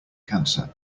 cancer